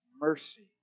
mercy